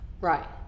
right